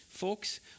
folks